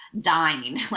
dying